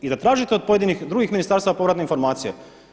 I da tražite od pojedinih drugih ministarstava povratne informacija.